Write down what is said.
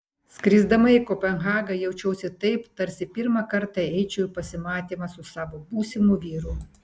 skrisdama į kopenhagą jaučiausi taip tarsi pirmą kartą eičiau į pasimatymą su savo būsimu vyru